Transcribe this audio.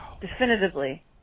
definitively